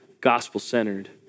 gospel-centered